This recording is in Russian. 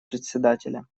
председателя